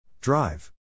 Drive